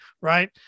Right